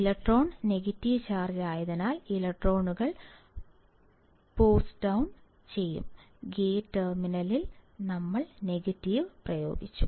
electron negative charge ആയതിനാൽ ഇലക്ട്രോണുകൾ പോസ്റ്റുഡൌൺ ചെയ്യും ഗേറ്റ് ടെർമിനലിൽ ഞങ്ങൾ നെഗറ്റീവ് പ്രയോഗിച്ചു